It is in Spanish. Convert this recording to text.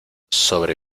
sobre